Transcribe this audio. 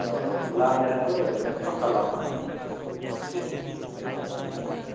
औ औ लामायाथ' ओरैनो फाखा लामा फि औ